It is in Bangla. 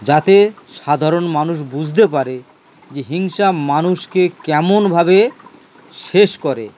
যাতে সাধারণ মানুষ বুঝতে পারে যে হিংসা মানুষকে কেমনভাবে শেষ করে